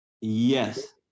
Yes